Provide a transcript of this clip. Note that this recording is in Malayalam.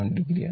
7o ആണ്